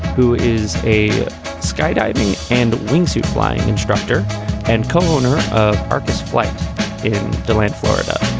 who is a skydiving and wingsuit flying instructor and co-owner of arcus flight in dilan, florida.